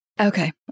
Okay